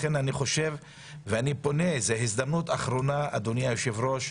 זאת הזדמנות אחרונה, אדוני היושב-ראש,